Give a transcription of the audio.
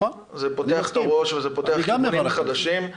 זה פותח את הראש ופותח כיוונים חדשים.